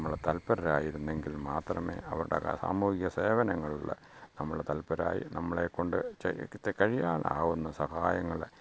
നമ്മള് തല്പരരായിരുന്നെങ്കിൽ മാത്രമേ അവിടെ സാമൂഹിക സേവനങ്ങളില് നമ്മള് തല്പരരായി നമ്മളെ കൊണ്ട് ചെയ്ത് കഴിയാലാവുന്ന സഹായങ്ങള്